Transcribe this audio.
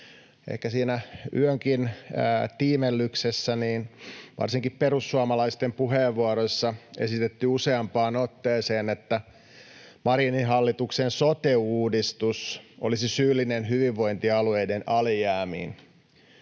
yönkin tiimellyksessä, varsinkin perussuomalaisten puheenvuoroissa esitetty useampaan otteeseen, että Marinin hallituksen sote-uudistus olisi syyllinen hyvinvointialueiden alijäämiin.